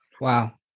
Wow